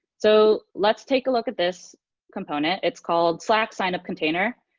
so, let's take a look at this component. it's called slack sign-up container,